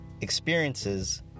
experiences